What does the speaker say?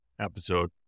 episode